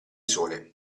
sole